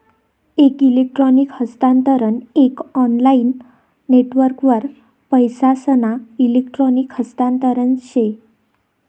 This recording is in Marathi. एक इलेक्ट्रॉनिक हस्तांतरण एक ऑनलाईन नेटवर्कवर पैसासना इलेक्ट्रॉनिक हस्तांतरण से